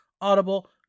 Audible